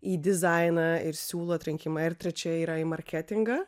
į dizainą ir siūlų atrinkimą ir trečia yra į marketingą